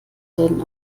denn